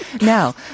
Now